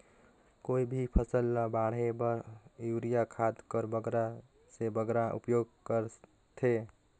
कोई भी फसल ल बाढ़े बर युरिया खाद कर बगरा से बगरा उपयोग कर थें?